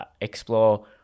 Explore